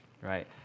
right